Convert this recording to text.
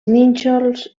nínxols